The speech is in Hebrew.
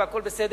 והכול בסדר.